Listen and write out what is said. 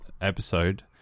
episode